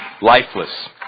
lifeless